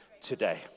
today